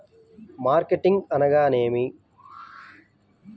Marketing అనగానేమి?